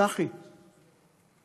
צחי,